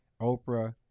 oprah